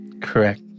Correct